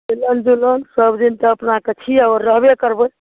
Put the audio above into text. मिलल जुलल सबदिन तऽ अपनाके छियै आओर रहबे करबै